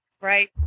right